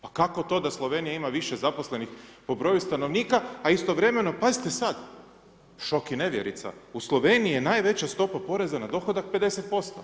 Pa kako to da Slovenija ima više zaposlenih po broju stanovnika, a istovremeno, pazite sada, šok i nevjerica, u Sloveniji je najveća stopa poreza na dohodak 50%